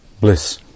bliss